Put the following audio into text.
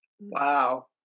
wow